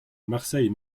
marseille